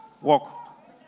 Walk